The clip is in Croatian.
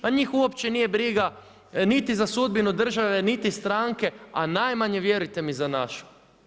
Pa njih uopće nije briga niti za sudbinu države, niti stranke, a najmanje vjerujte mi za nas.